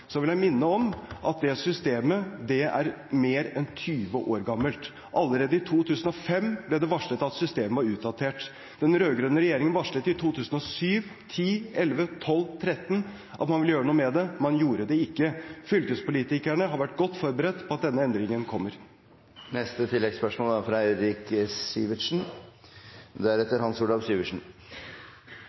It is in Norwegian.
vil jeg minne om at det systemet er mer enn 20 år gammelt. Allerede i 2005 ble det varslet at systemet var utdatert. Den rød-grønne regjeringen varslet i 2007, 2010, 2011, 2012 og 2013 at man ville gjøre noe med det. Man gjorde det ikke. Fylkespolitikerne har vært godt forberedt på at denne endringen kommer. Eirik Sivertsen – til neste